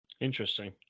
Interesting